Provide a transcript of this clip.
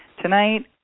Tonight